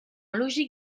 logique